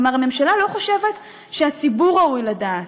כלומר הממשלה לא חושבת שהציבור ראוי לדעת.